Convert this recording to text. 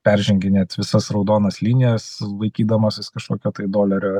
perženginėt visas raudonas linijas vaikydamasis kažkokio tai dolerio